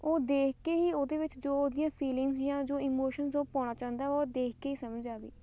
ਉਹ ਦੇਖ ਕੇ ਹੀ ਉਹਦੇ ਵਿੱਚ ਜੋ ਉਹਦੀਆਂ ਫੀਲਿੰਗ ਜਾਂ ਜੋ ਇਮੋਸ਼ਨਜ ਉਹ ਪਾਉਣਾ ਚਾਹੁੰਦਾ ਉਹ ਦੇਖ ਕੇ ਹੀ ਸਮਝ ਆਵੇ